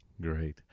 Great